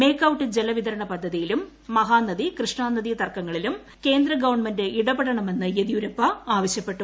make out ജലവിതരണ പദ്ധതിയിലും മഹാനദി കൃഷ്ണനദി തർക്കങ്ങളിലും കേന്ദ്രമന്ത്രി ഇടപെടണമെന്ന് യെദ്യൂരപ്പ ആവശ്യപ്പെട്ടു